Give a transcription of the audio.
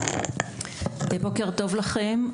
בוקר טוב לכם,